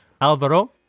Alvaro